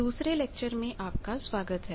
दूसरे लेक्चर में आपका स्वागत है